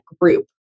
group